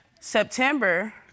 September